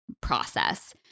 process